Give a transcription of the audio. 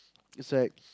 it's like